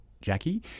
Jackie